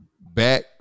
back